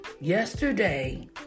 yesterday